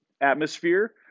atmosphere